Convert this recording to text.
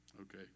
okay